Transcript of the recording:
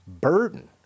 burden